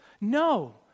No